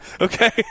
Okay